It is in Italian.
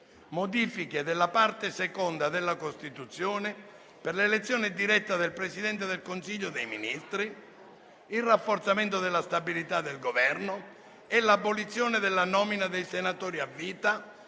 «Modifiche alla parte seconda della Costituzione per l'elezione diretta del Presidente del Consiglio dei ministri, il rafforzamento della stabilità del Governo e l'abolizione della nomina dei senatori a vita